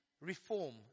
reform